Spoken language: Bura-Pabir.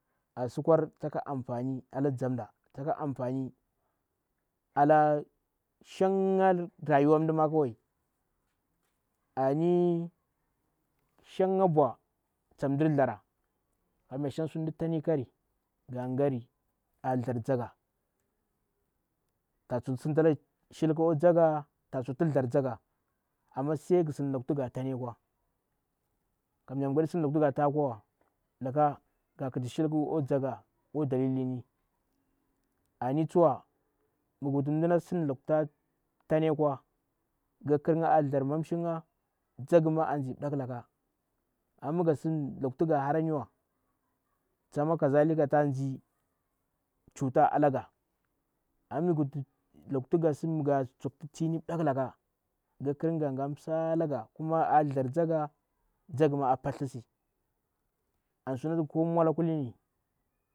A sikwar ta ka amfani akwa mamda taka amfani ala shanga rayuwa mdu ma kwai ani shanga mbwa ta mdir ndara kamya shanga su tu mdi tani nkhari nga ri a ndar nzanga a tsokti sidalanga shilku au manga a tsokti ndar nzanga amma sai mngu sin lukti nga dahi kwa kamya mnga ni sin luk ti nga ta kowa laka nga nkiti shilku au nzanga au daliliri ni ani tsuwa mngau wutu mdi sin lukktu ta ntani nkwa ngu ka nkirnga a ndar nmamshin nga nyangu ma a nzi ndakhalaka ama mngu di sin lukkti nga harani wa, tsama kazalika a nzi cuta ala nga. ama mngu wutti luktu nga sin nga tsokti tini mdakhalaka ngu ka nkirnga ga nga salanga kuma a ndar nzaga ma a paltisi an sunati wala mwala.